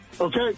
Okay